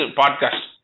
podcast